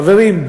חברים,